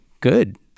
good